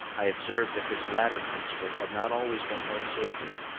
i observed that this latter principle had not always been held sacred,